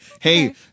hey